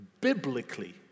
Biblically